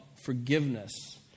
forgiveness